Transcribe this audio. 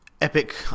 Epic